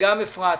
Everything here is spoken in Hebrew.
וגם אפרת,